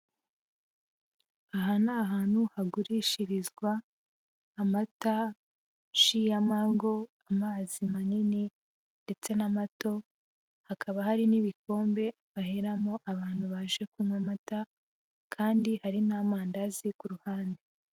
Aha ni ahantu hagurishirizwa amata, ji ya mango, amazi manini ndetse n'amato, hakaba hari n'ibikombe baheramo abantu baje kunywa amata kandi hari n'amandazi ku ruhande.